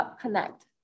connect